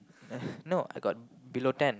no I got below ten